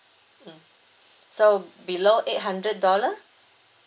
mm so below eight hundred dollar